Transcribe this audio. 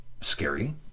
scary